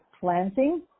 planting